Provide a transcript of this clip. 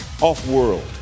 Off-world